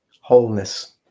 wholeness